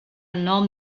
nom